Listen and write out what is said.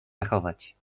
zachować